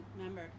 member